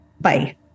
Bye